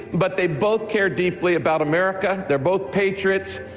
but they both care deeply about america. they're both patriots,